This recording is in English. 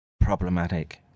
problematic